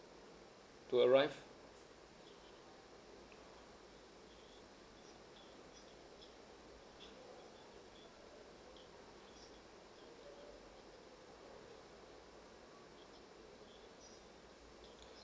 to arrive